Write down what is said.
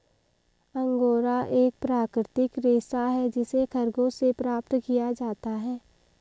angora एक प्राकृतिक रेशा है जिसे खरगोश से प्राप्त किया जाता है